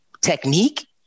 technique